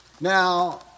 Now